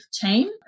team